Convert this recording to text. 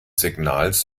signals